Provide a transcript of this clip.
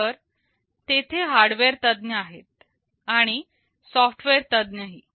तर तेथे हार्डवेअर तज्ञ आहेत आणि सॉफ्टवेअर तज्ञ ही